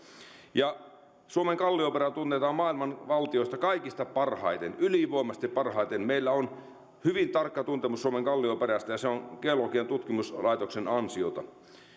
ja suomen kallioperä tunnetaan maailman valtioista kaikista parhaiten ylivoimaisesti parhaiten meillä on hyvin tarkka tuntemus suomen kallioperästä ja se on geologian tutkimuskeskuksen ansiota